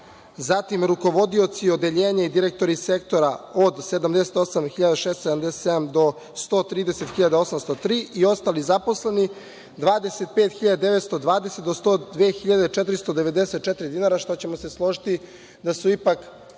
zatim, rukovodioci odeljenja i direktori sektora od 78.677 do 130.803 i ostali zaposleni 25.920 do 102.494 dinara, što ćemo se složiti da su ipak